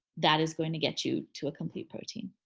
that is going to get you to a complete protein.